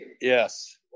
Yes